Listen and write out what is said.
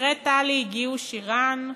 אחרי טלי הגיעו שירן,